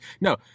No